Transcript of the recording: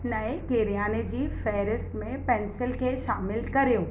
नए किरियाने जी फ़हिरिस्त में पेंसिल खे शामिलु कर्यो